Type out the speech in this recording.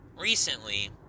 recently